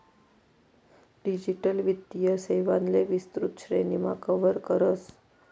digital वित्तीय सेवांले विस्तृत श्रेणीमा कव्हर करस